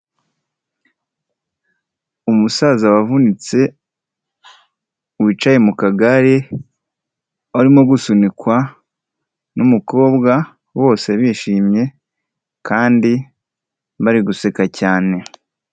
Umusaza wavunitse, wicaye mu kagare, arimo gusunikwa n'umukobwa bose bishimye, kandi bari guseka cyane.